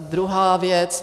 Druhá věc.